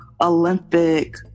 Olympic